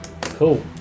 Cool